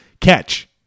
catch